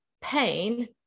pain